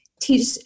teach